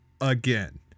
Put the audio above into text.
again